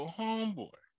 homeboy